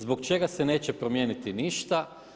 Zbog čega se neće promijeniti ništa?